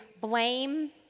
blame